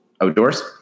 outdoors